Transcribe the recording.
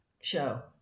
show